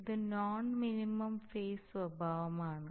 ഇത് non minimum phase സ്വഭാവമാണ്